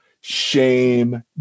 shame